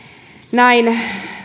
näin